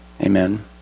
Amen